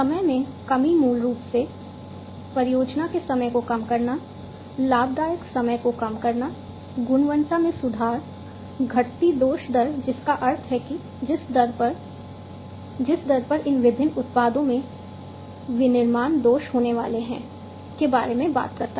समय में कमी मूल रूप से परियोजना के समय को कम करना लाभदायक समय को कम करना गुणवत्ता में सुधार घटती दोष दर जिसका अर्थ है कि जिस दर पर जिस दर पर इन विभिन्न उत्पादों में विनिर्माण दोष होने वाले हैं के बारे में बात करता है